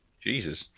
Jesus